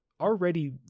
already